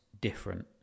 different